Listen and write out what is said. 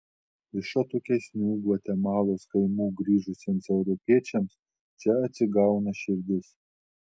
iš atokesnių gvatemalos kaimų grįžusiems europiečiams čia atsigauna širdis